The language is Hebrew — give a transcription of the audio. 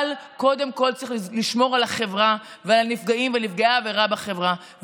אבל קודם כול צריך לשמור על החברה ועל הנפגעים ונפגעי העבירה בחברה,